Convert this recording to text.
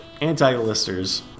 Anti-listers